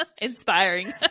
inspiring